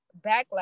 backlash